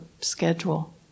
schedule